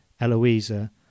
Eloisa